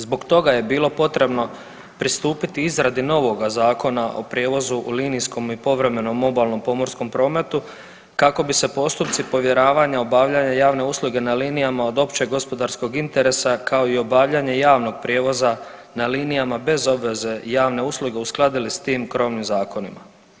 Zbog toga je bilo potrebno pristupiti izradi novoga Zakona o prijevozu u linijskom i povremenom obalnom pomorskom prometu kako bi se postupci povjeravanja obavljanja javne usluge na linijama od općeg gospodarskog interesa, kao i obavljanje javnog prijevoza na linijama bez obveze javne usluge uskladili s tim krovnim zakonima.